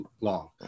long